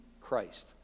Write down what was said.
Christ